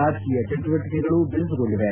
ರಾಜಕೀಯ ಚಟುವಟಿಕೆಗಳು ಬಿರುಸುಗೊಂಡಿದೆ